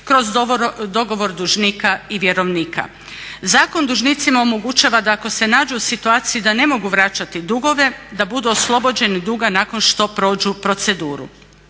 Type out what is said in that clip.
kroz dogovor dužnika i vjerovnika. Zakon dužnicima omogućava da ako se nađu u situaciji da ne mogu vraćati dugove da budu oslobođeni duga nakon što prođu proceduru.